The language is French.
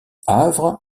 havre